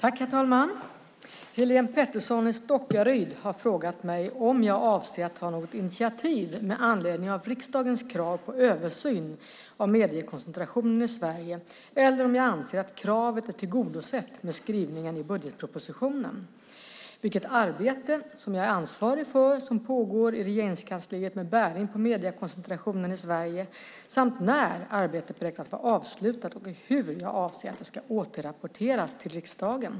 Herr talman! Helene Petersson i Stockaryd har frågat mig om jag avser att ta något initiativ med anledning av riksdagens krav på översyn av mediekoncentrationen i Sverige eller om jag anser att kravet är tillgodosett med skrivningen i budgetpropositionen, vilket arbete som jag är ansvarig för som pågår i Regeringskansliet med bäring på mediekoncentrationen i Sverige samt när arbetet beräknas vara avslutat och hur jag avser att det ska återrapporteras till riksdagen.